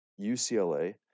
UCLA